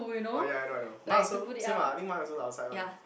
oh ya I know I know mine also same ah I think mine also the outside one